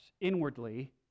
inwardly